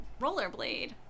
rollerblade